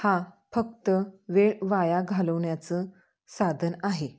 हा फक्त वेळ वाया घालवण्याचं साधन आहे